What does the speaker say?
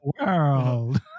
world